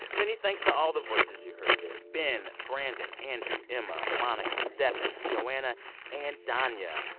many thanks to all the voices you heard there ben, brandon, andrew, emma, monica, stephan, joanna and danya.